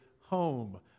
home